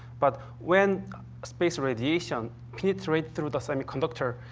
but when space radiation penetrates through the semiconductor,